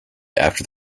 after